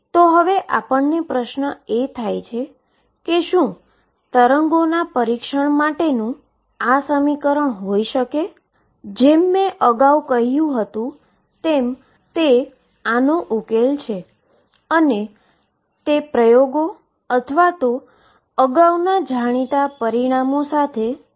તેથી શું આ પોતે જ આ નિરાકરણ હોઈ શકે છે પરંતુ અત્યારે આપણને જે મળ્યું છે એ તે છે કે x એ x માટે ધન અથવા ઋણ ઈન્ફાઈનાઈટ અવધી એ Ae mω2ℏx2 થાય છે